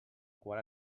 qual